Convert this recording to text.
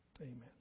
Amen